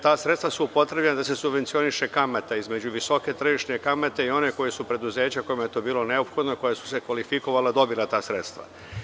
Ta sredstva su upotrebljena da se subvencioniše kamata između visoke tržišne kamate o one koju su preduzeća kojima je to bilo neophodno, koja su se kvalifikovala, dobila ta sredstva.